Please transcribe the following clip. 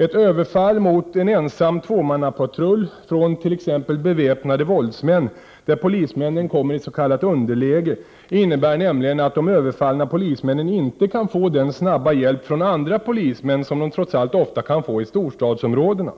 Ett överfall mot en ensam tvåmannapatrull från t.ex. beväpnade våldsmän där polismännen kommer i s.k. underläge innebär nämligen att de överfallna polismännen inte kan få den snabba hjälp från andra polismän som de trots allt ofta kan få i storstadsområdena,